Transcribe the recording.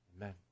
Amen